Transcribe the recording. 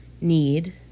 need